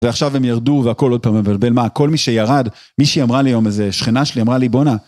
ועכשיו הם ירדו והכל עוד פעם מבלבל מה כל מי שירד מישהי אמרה לי היום איזה שכנה שלי אמרה לי בוא'נה